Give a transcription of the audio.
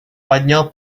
поднял